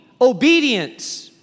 obedience